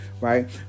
Right